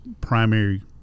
primary